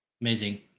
Amazing